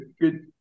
good